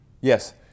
Yes